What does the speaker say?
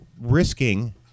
risking